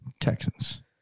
Texans